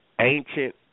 ancient